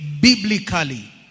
biblically